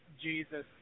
Jesus